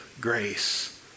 grace